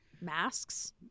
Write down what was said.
masks